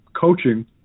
coaching